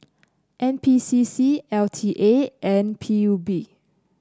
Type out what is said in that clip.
N P C C L T A and P U B